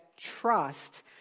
trust